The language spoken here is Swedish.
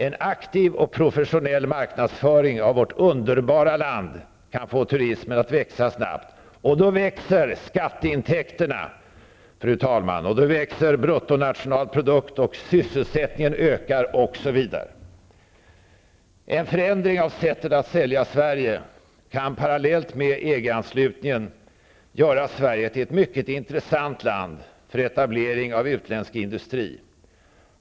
En aktiv och professionell marknadsföring av vårt underbara land skulle kunna få turismen att växa snabbt, och då skulle också skatteintäkterna och bruttonationalprodukten växa. Sysselsättningen skulle öka osv. En förändring av sättet att sälja Sverige skulle parallellt med EG-anslutningen kunna göra Sverige till ett mycket intressant land för etablering av utländsk industri.